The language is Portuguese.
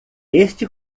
este